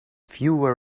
fewer